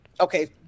Okay